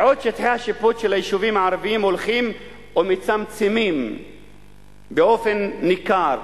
בעוד ששטחי השיפוט של היישובים הערביים הולכים ומצטמצמים באופן ניכר,